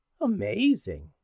Amazing